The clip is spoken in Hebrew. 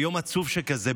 ביום עצוב שכזה,